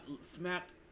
smacked